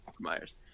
Myers